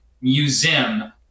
museum